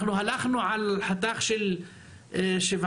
אנחנו הלכנו על חתך של 17%,